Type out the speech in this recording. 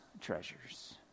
treasures